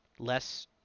Less